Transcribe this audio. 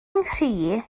nghri